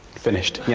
finished. yeah